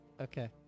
okay